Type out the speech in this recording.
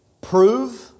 Prove